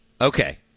Okay